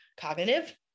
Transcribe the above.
cognitive